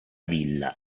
villa